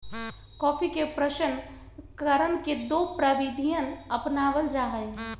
coffee के प्रशन करण के दो प्रविधियन अपनावल जा हई